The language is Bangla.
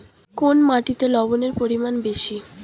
কোন মাটিতে লবণের পরিমাণ বেশি?